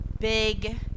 big